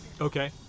Okay